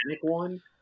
one